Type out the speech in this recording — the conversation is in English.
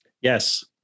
Yes